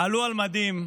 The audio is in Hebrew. עלו על מדים,